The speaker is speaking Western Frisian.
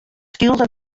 skylge